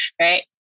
Right